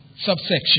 subsection